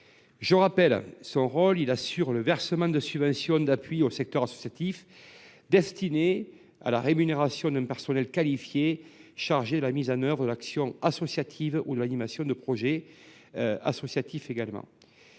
par an. Le Fonjep assure le versement de subventions d’appui au secteur associatif pour la rémunération d’un personnel qualifié chargé de la mise en œuvre de l’action associative ou de l’animation du projet associatif. Il permet